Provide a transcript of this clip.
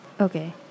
Okay